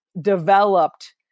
developed